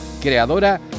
creadora